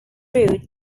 route